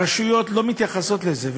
הרשויות לא מתייחסות לזה.